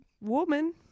woman